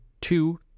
two